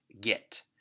get